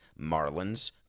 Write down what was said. marlins